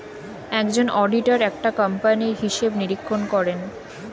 একজন অডিটর একটা কোম্পানির হিসাব নিরীক্ষণ করেন